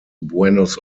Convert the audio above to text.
buenos